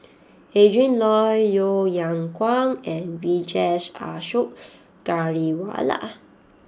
Adrin Loi Yeo Yeow Kwang and Vijesh Ashok Ghariwala